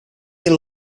they